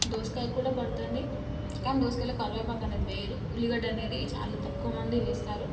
దోసకాయ కూడా పండుతుంది కాని దోసకాయలు కరివేపాకు అనేది వేయరు ఉల్లిగడ్డ అనేది చాలా తక్కువ మంది వేస్తారు